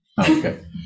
okay